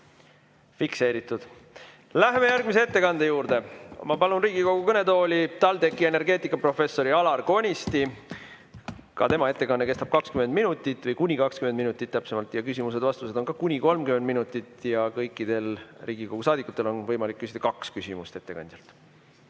Fikseeritud. Läheme järgmise ettekande juurde. Palun Riigikogu kõnetooli TalTechi energeetikaprofessori Alar Konisti. Ka tema ettekanne kestab kuni 20 minutit ja küsimused-vastused on kuni 30 minutit. Kõikidel Riigikogu saadikutel on võimalik küsida kaks küsimust ettekandjalt.